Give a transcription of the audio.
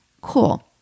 Cool